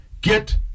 Get